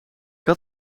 had